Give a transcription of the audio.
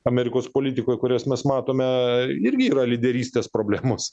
amerikos politikoje kurias mes matome irgi yra lyderystės problemos